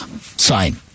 sign